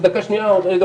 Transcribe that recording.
ודקה שנייה: רגע,